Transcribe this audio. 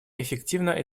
эффективно